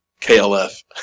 KLF